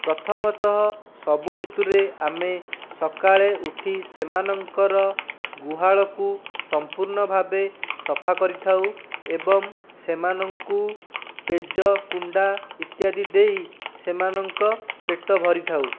ପ୍ରଥମତଃ ସବୁ ଋତୁରେ ଆମେ ସକାଳେ ଉଠି ସେମାନଙ୍କର ଗୁହାଳକୁ ସମ୍ପୂର୍ଣ୍ଣଭାବେ ସଫା କରିଥାଉ ଏବଂ ସେମାନଙ୍କୁ ପେଜ କୁଣ୍ଡା ଇତ୍ୟାଦି ଦେଇ ସେମାନଙ୍କ ପେଟ ଭରିଥାଉ